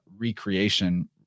recreation